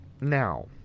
Now